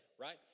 right